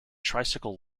tricycle